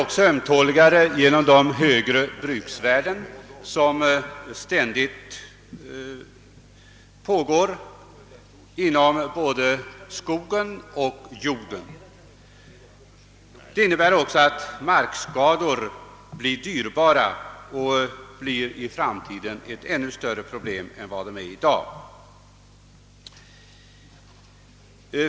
Den blir ömtåligare också genom de högre bruksvärden som ständigt åsättes både skogen och jorden. Det innebär också att markskador blir dyrbara och i framtiden kommer att utgöra ett ännu större problem än i dag.